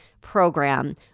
program